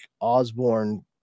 osborne